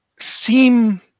seem